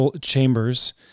chambers